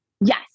Yes